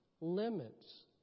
limits